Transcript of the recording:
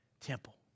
temple